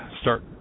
start